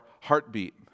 heartbeat